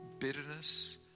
bitterness